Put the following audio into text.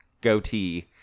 goatee